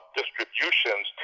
distributions